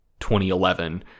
2011